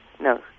no